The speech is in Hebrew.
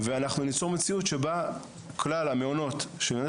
אנחנו ניצור מציאות שבה כלל המעונות שבמדינת